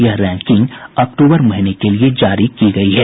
यह रैंकिंग अक्टूबर महीने के लिये जारी की गई है